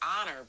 honor